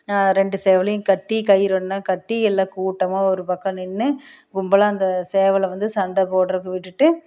ரெண்டு சேவலையும் கட்டி கயிறு ஒன்னாக கட்டி எல்லா கூட்டமாக ஒரு பக்கம் நின்று கும்பலாக அந்த சேவலை வந்து சண்டை போடுறதுக்கு விட்டுவிட்டு